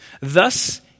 Thus